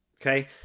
okay